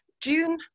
June